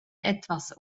etwas